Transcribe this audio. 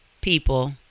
people